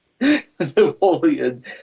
Napoleon